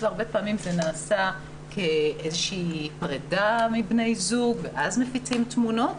והרבה פעמים זה נעשה כאיזושהי פרידה מבני זוג ואז מפיצים תמונות.